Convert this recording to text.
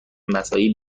مساعی